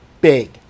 big